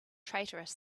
traitorous